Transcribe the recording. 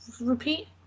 Repeat